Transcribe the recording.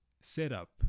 setup